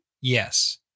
Yes